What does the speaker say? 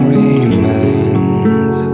remains